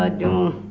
ah da